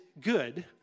good